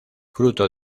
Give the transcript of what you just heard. fruto